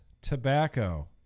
Tobacco